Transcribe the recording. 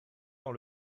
dans